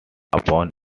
upon